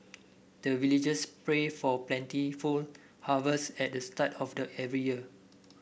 the villagers pray for plentiful harvest at the start of the every year